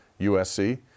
USC